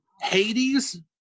Hades